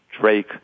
Drake